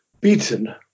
Beaten